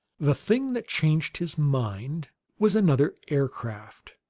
the thing that changed his mind was another aircraft.